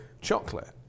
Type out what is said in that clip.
chocolate